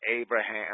Abraham